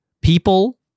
people